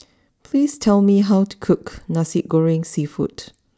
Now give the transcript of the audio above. please tell me how to cook Nasi Goreng Seafood